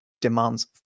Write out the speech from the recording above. demands